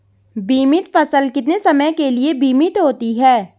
बीमित फसल कितने समय के लिए बीमित होती है?